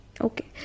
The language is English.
Okay